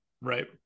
Right